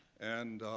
and